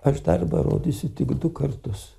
aš darbą rodysiu tik du kartus